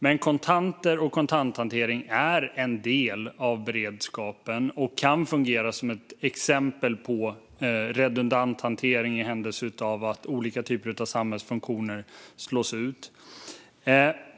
Men kontanter och kontanthantering är en del av beredskapen och kan fungera som ett exempel på redundant hantering i händelse av att olika typer av samhällsfunktioner slås ut.